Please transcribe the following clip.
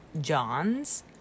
Johns